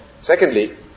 Secondly